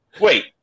Wait